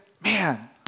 man